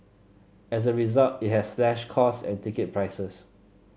as a result it has slashed costs and ticket prices